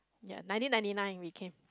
ya nineteen ninety nine we came